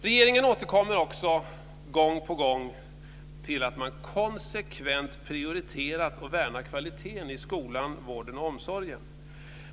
Regeringen återkommer gång på gång till att man "konsekvent prioriterat" och "värnar kvaliteten" i skolan, vården och omsorgen.